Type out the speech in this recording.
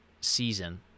season